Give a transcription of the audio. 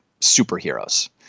superheroes